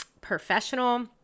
professional